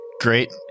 great